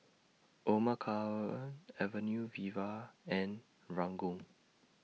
Omar Khayyam Avenue Viva and Ranggung